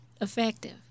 effective